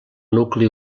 nucli